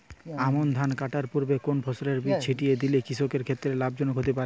আমন ধান কাটার পূর্বে কোন ফসলের বীজ ছিটিয়ে দিলে কৃষকের ক্ষেত্রে লাভজনক হতে পারে?